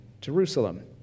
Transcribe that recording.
jerusalem